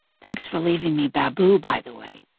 thanks for leaving me baboo, by the way.